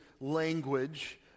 language